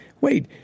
wait